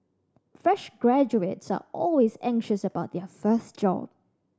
fresh graduates are always anxious about their first job